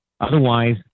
otherwise